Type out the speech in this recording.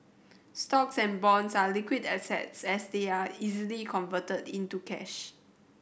stocks and bonds are liquid assets as they are easily converted into cash